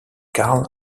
carl